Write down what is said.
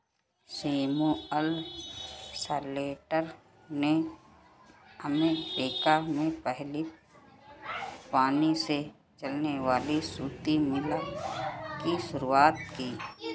Samuel Slater ने America में पहली पानी से चलने वाली सूती मिल की शुरुआत की